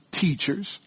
teachers